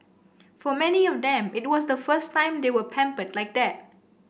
for many of them it was the first time they were pampered like that